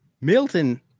Milton